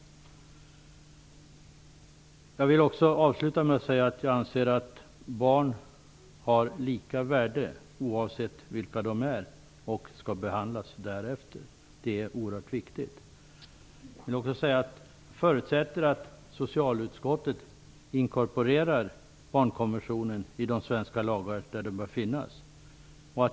Jag vill avsluta med att säga att jag anser att barn har lika värde oavsett vilka de är och skall behandlas därefter. Det är oerhört viktigt. Jag förutsätter att socialutskottet inkorporerar barnkonventionen i de svenska lagar där den bör finnas.